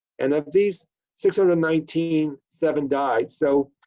and of these six hundred and nineteen seven died. so,